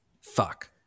Fuck